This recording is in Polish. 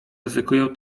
ryzykuję